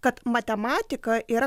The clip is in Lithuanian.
kad matematika yra